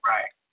Right